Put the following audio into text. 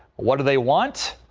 what do they want.